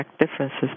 differences